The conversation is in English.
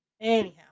Anyhow